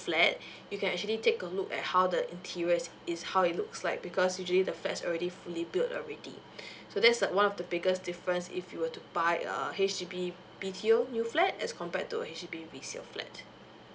flat you can actually take a look at how the interior is is how it looks like because usually the fats already fully build already so that's the one of the biggest difference if you were to buy a H_D_B B_T_O new new flat as compared to H_D_B resales flat